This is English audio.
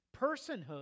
Personhood